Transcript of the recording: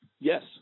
Yes